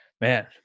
man